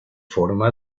forma